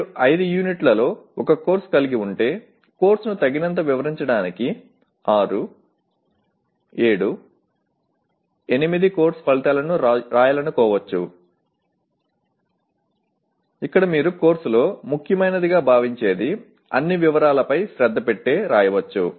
మీరు 5 యూనిట్లతో ఒక కోర్సు కలిగి ఉంటే కోర్సును తగినంతగా వివరించడానికి 6 7 8 కోర్సు ఫలితాలను వ్రాయాలనుకోవచ్చు ఇక్కడ మీరు కోర్సులో ముఖ్యమైనదిగా భావించేది అన్ని వివరాలపై శ్రద్ధ పెట్టి రాయవచ్చు